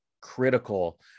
critical